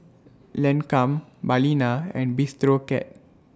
Lancome Balina and Bistro Cat